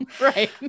right